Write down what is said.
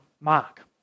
Mark